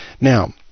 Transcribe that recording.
Now